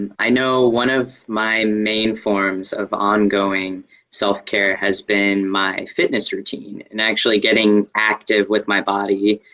i know one of my main forms of ongoing self-care has been my fitness routine, and actually getting active with my body.